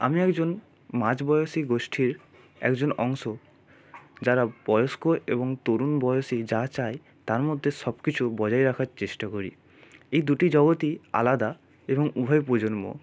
আমি একজন মাঝ বয়সী গোষ্ঠীর একজন অংশ যারা বয়স্ক এবং তরুণ বয়সী যা চায় তার মধ্যে সব কিছু বজায় রাখার চেষ্টা করি এই দুটি জগতই আলাদা এবং উভয় প্রজন্ম